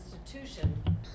institution